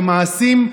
על מעשים,